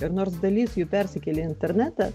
ir nors dalis jų persikėlė į internetą